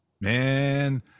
man